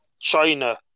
China